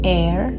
air